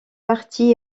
partie